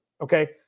Okay